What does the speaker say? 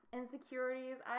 insecurities